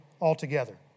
altogether